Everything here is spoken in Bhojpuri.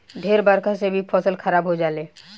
ढेर बरखा से भी फसल खराब हो जाले